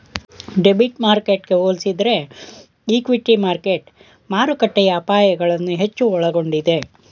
debit ಮಾರ್ಕೆಟ್ಗೆ ಹೋಲಿಸಿದರೆ equity market ಮಾರುಕಟ್ಟೆಯ ಅಪಾಯಗಳನ್ನು ಹೆಚ್ಚು ಒಳಗೊಂಡಿದೆ